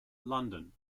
london